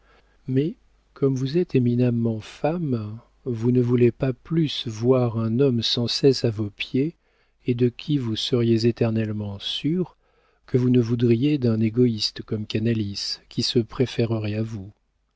mais comme vous êtes éminemment femme vous ne voulez pas plus voir un homme sans cesse à vos pieds et de qui vous seriez éternellement sûre que vous ne voudriez d'un égoïste comme canalis qui se préférerait à vous